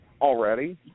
already